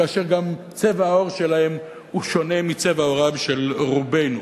כאשר גם צבע העור שלהם שונה מצבע עורם של רובנו.